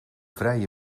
vrije